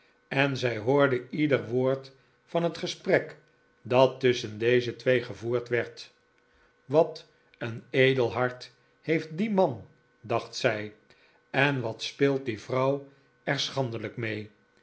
en zij hoorde ieder woord van het gesprek dat tusschen deze twee gevoerd werd wat een edel hart heeft die man dacht zij en wat speelt die vrouw er schandelijk mee